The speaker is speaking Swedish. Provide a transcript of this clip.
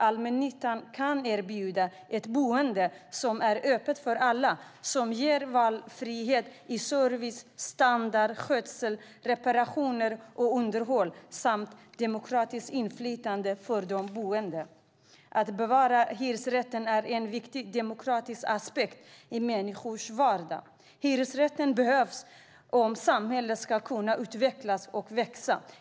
Allmännyttan kan erbjuda ett boende som är öppet för alla och som ger valfrihet i service, standard, skötsel, reparationer och underhåll samt demokratiskt inflytande för de boende. Att bevara hyresrätten är en viktig demokratisk aspekt i människors vardag. Hyresrätten behövs om samhället ska kunna utvecklas och växa.